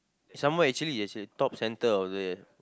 some more actually you should top centre also can